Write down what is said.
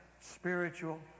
spiritual